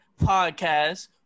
podcast